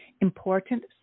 Important